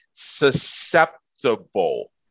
Susceptible